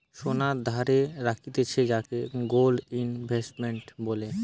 সোনা ধারে রাখতিছে যাকে গোল্ড ইনভেস্টমেন্ট বলে